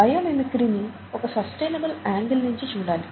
bio mimicry ని ఒక sustainable angle నించి చూడాలి